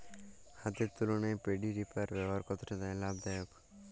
হাতের তুলনায় paddy reaper ব্যবহার কতটা লাভদায়ক?